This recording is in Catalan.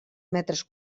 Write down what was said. metres